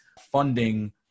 funding